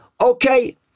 Okay